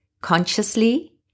Consciously